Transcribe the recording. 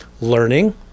learning